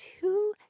two